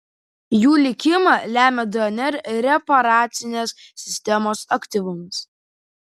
jų likimą lemia dnr reparacinės sistemos aktyvumas